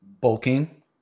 bulking